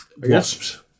Wasps